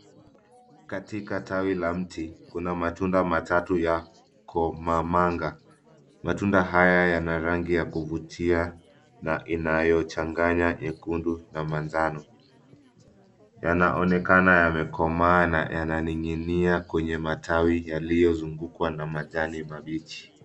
Katika tawi la mti kuna matunda matatu ya komamanga. Matunda haya yana rangi ya kuvutia na inayochanganya nyekundu na manjano. Yanaonekana yamekomaa na yananing'inia kwenye matawi yakiyozungukwa kwa majani mabichi.